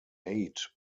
aid